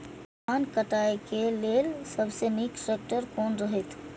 धान काटय के लेल सबसे नीक ट्रैक्टर कोन रहैत?